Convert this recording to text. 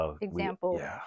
example